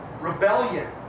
Rebellion